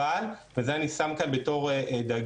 אבל, ואת זה אני שם כאן בתור דגש,